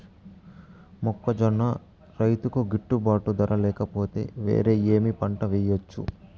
మొక్కజొన్న రైతుకు గిట్టుబాటు ధర లేక పోతే, వేరే ఏమి పంట వెయ్యొచ్చు?